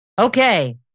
Okay